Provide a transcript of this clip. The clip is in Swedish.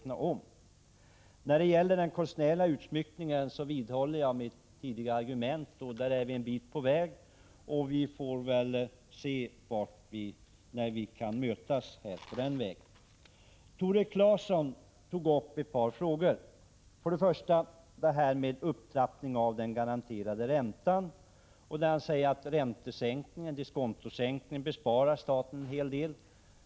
När det gäller den konstnärliga utsmyckningen håller jag fast vid vad jag sade tidigare. Vi är en bit på väg och får väl se när vi kan mötas. Tore Claeson tog upp ett par frågor. Först upptrappningen av den garanterade räntan. Tore Claeson sade att diskontosänkningen gör att staten kan spara en hel del.